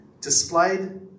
displayed